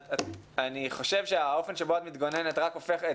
אני חושב שהאופן שבו את מתגוננת רק הופך את